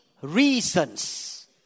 reasons